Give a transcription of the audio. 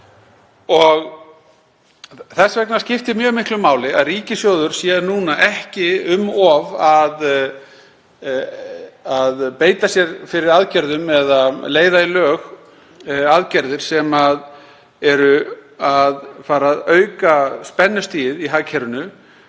þess vegna skiptir mjög miklu máli að ríkissjóður sé núna ekki um of að beita sér fyrir aðgerðum eða leiða í lög aðgerðir sem eru að fara að auka spennustigið í hagkerfinu.